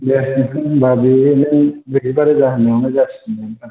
दे नोंथां होम्बा बे नों ब्रैजिबा रोजा होननायानो जासिगोन नोंथां